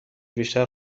بیشتر